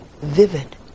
vivid